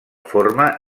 forma